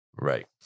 Right